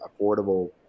affordable